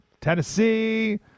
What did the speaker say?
Tennessee